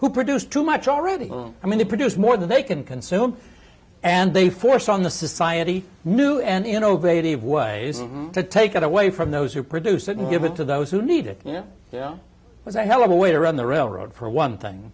who produce too much already i mean they produce more than they can consume and they force on the society new and innovative ways to take it away from those who produce it and give it to those who need it was a hell of a way to run the railroad for one thing